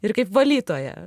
ir kaip valytoją